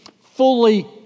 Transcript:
fully